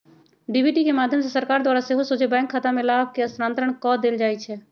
DBT के माध्यम से सरकार द्वारा सेहो सोझे बैंक खतामें लाभ के स्थानान्तरण कऽ देल जाइ छै